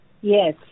Yes